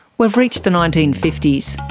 we've reached the nineteen fifty s.